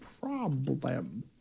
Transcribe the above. problem